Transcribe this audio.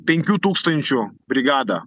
penkių tūkstančių brigadą